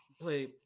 Play